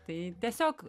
tai tiesiog